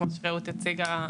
כמו שרעות הציגה,